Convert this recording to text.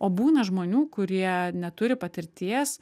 o būna žmonių kurie neturi patirties